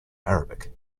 arabic